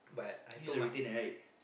he's a retain right